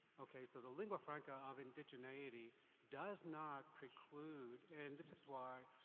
okay, so the lingua-franka of indigeneity does not preclude, and this is why,